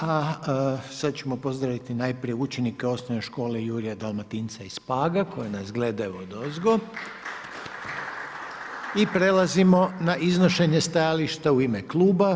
A sada ćemo pozdraviti, najprije učenike Osnovne škole Jure Dalmatinca iz Paga, koji nas gledaju odozgo … i prelazimo na iznošenje stajališta u ime kluba.